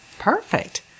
Perfect